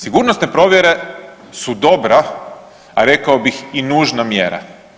Sigurnosne provjere su dobra a rekao bih i nužna mjera.